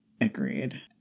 Agreed